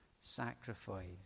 sacrifice